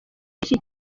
iki